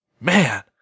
man